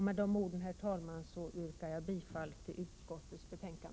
Med dessa ord, herr talman, yrkar jag bifall till utskottets hemställan.